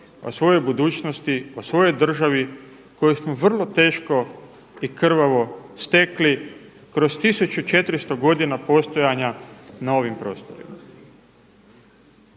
o svojoj budućnosti, o svojoj državi koju smo vrlo teško i krvavo stekli kroz 1400 godina postojanja na ovim prostorima.